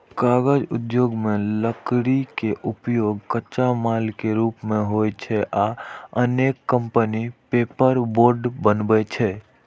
कागज उद्योग मे लकड़ी के उपयोग कच्चा माल के रूप मे होइ छै आ अनेक कंपनी पेपरबोर्ड बनबै छै